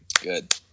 Good